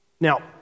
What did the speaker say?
Now